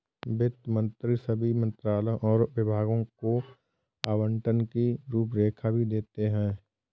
वित्त मंत्री सभी मंत्रालयों और विभागों को आवंटन की रूपरेखा भी देते हैं